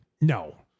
No